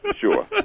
sure